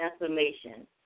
information